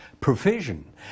provision